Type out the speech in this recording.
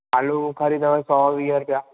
आलूबुख़ारी अथव सौ वीह रुपया